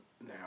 now